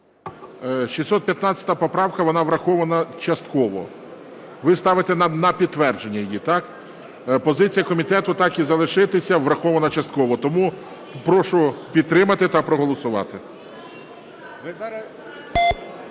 615 поправка, вона врахована частково. Ви ставите на підтвердження її, так? Позиція комітету: так і залишити, врахована частково. Тому прошу підтримати та проголосувати.